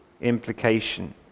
implication